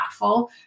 impactful